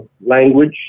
language